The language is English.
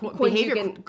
behavior